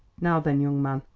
now then, young man,